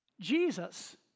Jesus